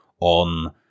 on